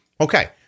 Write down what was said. okay